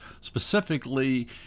specifically